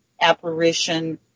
apparition